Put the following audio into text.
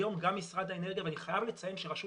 היום גם משרד האנרגיה ואני חייב לציין שרשות